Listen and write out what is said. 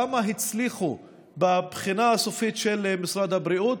כמה הצליחו בבחינה הסופית של משרד הבריאות?